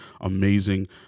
amazing